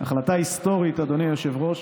החלטה היסטורית, אדוני היושב-ראש,